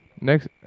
Next